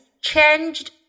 changed